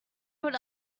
would